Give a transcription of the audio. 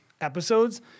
episodes